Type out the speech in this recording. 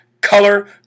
color